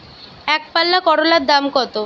একপাল্লা করলার দাম কত?